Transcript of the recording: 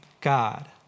God